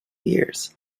years